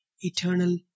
eternal